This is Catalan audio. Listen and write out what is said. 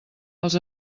els